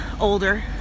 older